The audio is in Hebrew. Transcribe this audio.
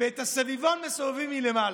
ואת הסביבון מסובבים מלמעלה.